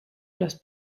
los